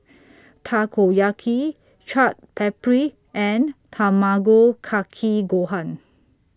Takoyaki Chaat Papri and Tamago Kake Gohan